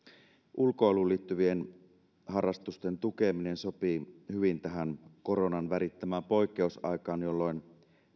ulkoiluun liittyvien harrastusten tukeminen sopii hyvin tähän koronan värittämään poikkeusaikaan jolloin